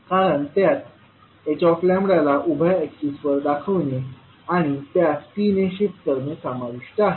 कारण त्यात hλ ला उभ्या एक्सिसवर दाखवणे आणि त्यास t ने शिफ्ट करणे समाविष्ट आहे